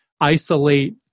isolate